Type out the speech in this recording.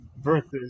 versus